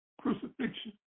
crucifixion